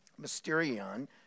mysterion